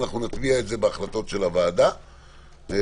ואנחנו נטמיע את זה בהחלטות של הוועדה ובמכתב